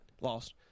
lost